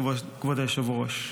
כבוד היושב-ראש,